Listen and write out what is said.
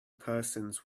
persons